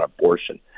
abortion